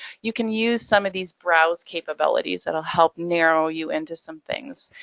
you can use some of these browse capabilities, it'll help narrow you in to some things.